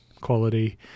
quality